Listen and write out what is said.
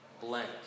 Blank